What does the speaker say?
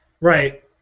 Right